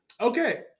Okay